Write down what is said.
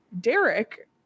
Derek